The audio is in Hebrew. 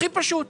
הכי פשוט.